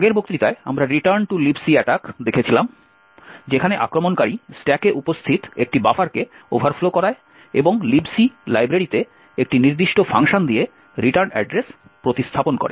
আগের বক্তৃতায় আমরা return to lib C attack দেখেছিলাম যেখানে আক্রমণকারী স্ট্যাকে উপস্থিত একটি বাফারকে ওভারফ্লো করায় এবং লিব সি লাইব্রেরিতে একটি নির্দিষ্ট ফাংশন দিয়ে রিটার্ন অ্যাড্রেস প্রতিস্থাপন করে